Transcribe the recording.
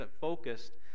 focused